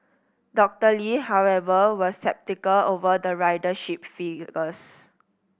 Doctor Lee however was sceptical over the ridership figures